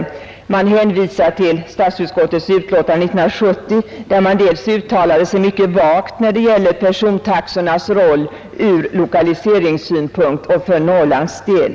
Utskottet har hänvisat till statsutskottets utlåtande 1970, där man uttalade sig mycket vagt när det gäller persontaxornas roll ur lokaliseringssynpunkt och för Norrlands del.